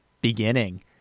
beginning